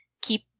keep